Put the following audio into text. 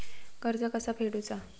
कर्ज कसा फेडुचा?